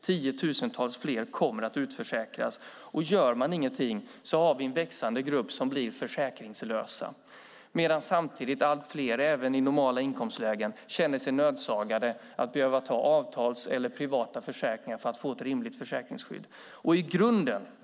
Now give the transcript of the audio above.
Tiotusentals fler kommer att utförsäkras. Om man inte gör någonting har vi en växande grupp med försäkringslösa. Samtidigt känner sig allt fler, även i normala inkomstlägen, nödsakade att ta avtalsförsäkringar eller privata försäkringar för att få ett rimligt försäkringsskydd.